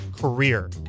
career